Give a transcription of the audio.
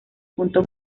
punto